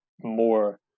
more